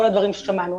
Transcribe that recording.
כל הדברים ששמענו,